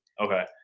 Okay